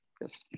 yes